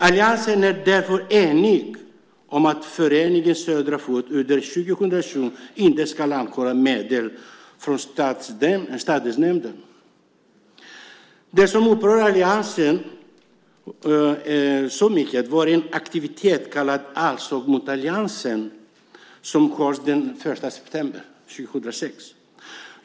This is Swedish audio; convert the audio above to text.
Alliansen är därför enig om att föreningen Södra Fot under 2007 inte ska erhålla medel från stadsdelsnämnden. Det som upprörde alliansen så mycket var en aktivitet kallad Allsång mot alliansen som hölls den 1 september 2006.